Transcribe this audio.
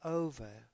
over